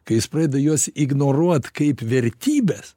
kai jis pradeda juos ignoruot kaip vertybes